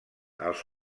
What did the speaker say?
als